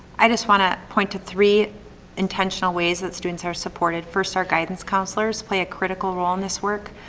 i just want to point to three intentional ways that students are supported. first, our guidance counselors play a critical role in this work.